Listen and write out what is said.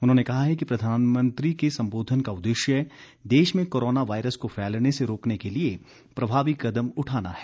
उन्होंने कहा है कि प्रधानमंत्री के संबोधन का उद्रेश्य देश में कोरोना वायरस को फैलने से रोकने के लिए प्रभावी कदम उठाना है